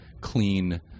clean